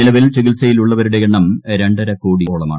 നിലവിൽ ചികിത്സയിലുള്ളവരുടെ എണ്ണം രണ്ടരകോടിയോളമാണ്